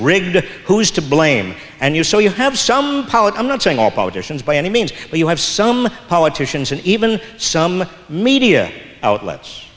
rigged who's to blame and you so you have some polit i'm not saying all politicians by any means but you have some politicians and even some media outlets